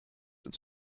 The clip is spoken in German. ins